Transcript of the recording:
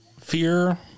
Fear